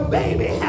baby